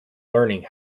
learning